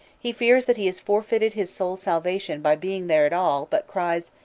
he fears that he has forfeited his soul's salvation by being there at all, but cries,